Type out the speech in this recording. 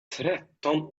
tretton